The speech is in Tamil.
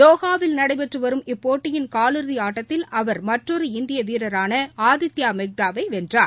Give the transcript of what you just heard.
தோஹாவில் நடைபெற்றுவரும் இப்போட்டியின் காலிறுதிஆட்டத்தில் அவர் மற்றொரு இந்தியவீரரானஆதித்யாமெக்தாவைவென்றார்